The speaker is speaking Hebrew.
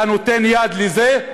אתה נותן יד לזה,